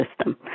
system